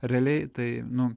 realiai tai nu